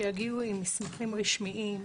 שיגיעו עם מסמכים רשמיים,